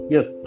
Yes